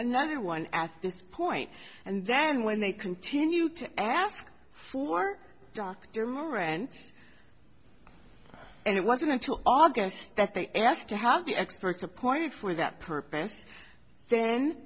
another one at this point and then when they continue to ask for dr morente and it wasn't until august that they asked to have the experts appointed for that purpose th